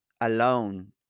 alone